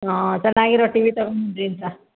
ಹಾಂ ಚೆನ್ನಾಗಿರೋ ಟಿವಿ ತಗೊಂಡ್ ಬನ್ನಿರಿ ಅಂತ